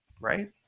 Right